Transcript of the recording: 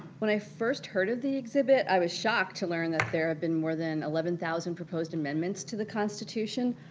when i first heard of the exhibit, i was shocked to learn that there had been more than eleven thousand proposed amendments to the constitution,